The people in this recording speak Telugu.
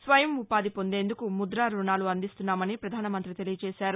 స్వయం ఉపాధి పొందేందుకు ముద్రా రుణాలు అందిస్తున్నామని ప్రధాన మంత్రి తెలియజేశారు